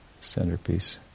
centerpiece